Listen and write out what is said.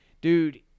Dude